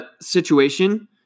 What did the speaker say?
situation